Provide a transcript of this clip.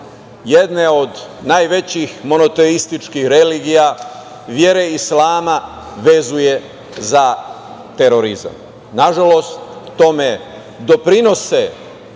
jedne od najvećih monoteističkih religija, vere islama, vezuje za terorizam. Nažalost, tome doprinose